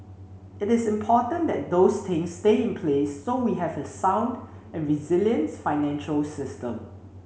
it is important that those things stay in place so we have a sound and resilient financial system